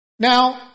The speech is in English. Now